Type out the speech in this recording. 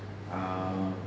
err